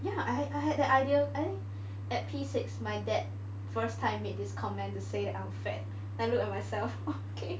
ya I I had the idea I think at P six my dad first time made this comment to say that I am fat then I look at myself okay